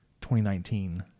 2019